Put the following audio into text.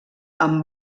amb